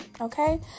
Okay